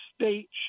state